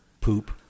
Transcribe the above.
poop